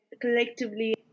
collectively